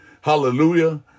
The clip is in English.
hallelujah